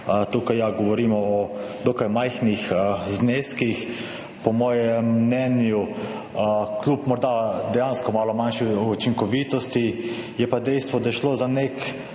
tukaj govorimo o dokaj majhnih zneskih. Po mojem mnenju, kljub morda dejansko malo manjši učinkovitosti, je pa dejstvo, da je šlo za nek